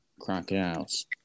crocodiles